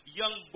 young